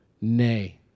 nay